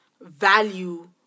value